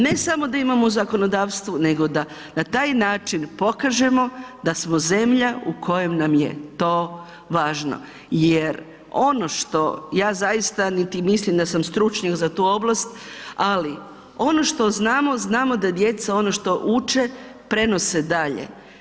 Ne samo da imamo u zakonodavstvu nego da na taj način pokažemo da smo zemlja u kojoj nam je to važno jer ono što, ja zaista niti mislim da sam stručnjak za tu oblast, ali ono što znamo, znamo da djeca ono što uče, prenose dalje.